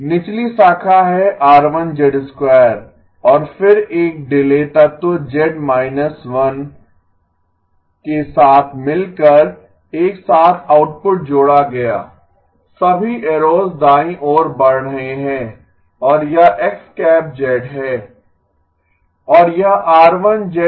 निचली शाखा है R1 और फिर एक डिले तत्व z 1 के साथ मिलकर एक साथ आउटपुट जोड़ा गया सभी एरोस दाईं ओर बढ़ रहे हैं और यह X है